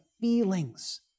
feelings